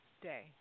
day